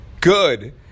good